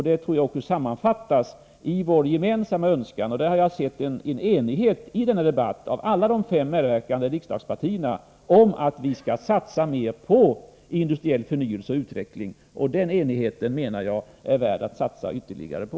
Det tror jag också sammanfattas i vår gemensamma önskan — där har jag i denna debatt sett en enighet som omfattar alla de fem medverkande riksdagspartierna — att vi skall satsa mer på industriell utveckling. Den enigheten är, menar jag, värd att satsa ytterligare på.